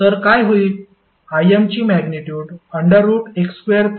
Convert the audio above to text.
तर काय होईल Im ची मॅग्निट्युड x2y2 होईल